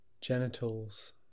genitals